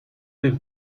dem